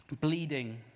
bleeding